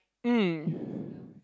mm